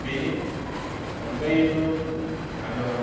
बेनि अनगायैबो आङो